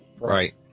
Right